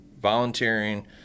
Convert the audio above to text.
volunteering